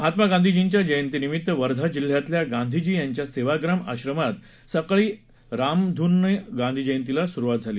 महात्मा गांधींजीच्या जयंतीनिमित्त वर्धा जिल्ह्यातल्या गांधीजी यांच्या सेवाग्राम आश्रमात सकाळी रामधूननं गांधी जयंतीला सुरवात झाली